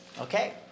Okay